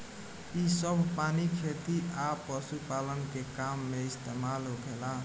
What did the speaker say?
इ सभ पानी खेती आ पशुपालन के काम में इस्तमाल होखेला